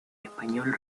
español